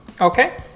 Okay